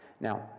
Now